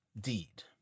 deed